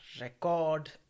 record